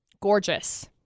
gorgeous